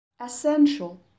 Essential